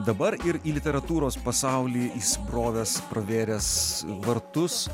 dabar ir į literatūros pasaulį įsibrovęs pravėręs vartus